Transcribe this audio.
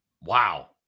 Wow